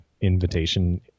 invitation